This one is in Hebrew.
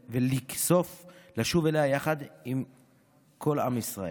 ולכסוף לשוב אליה יחד עם כל עם ישראל.